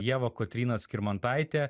ieva kotryna skirmantaitė